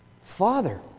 Father